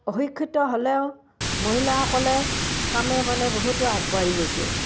অশিক্ষিত হ'লেও মহিলাসকলে কামে বনে বহুতো আগবাঢ়ি গৈছে